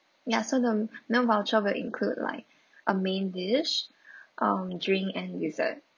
ya so the new voucher will include like a main dish um drink and dessert